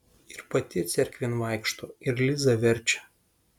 ir pati cerkvėn vaikšto ir lizą verčia